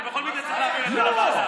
אתה בכל מקרה צריך להעביר את זה לוועדה.